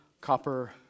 copper